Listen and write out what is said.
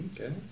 Okay